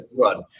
Run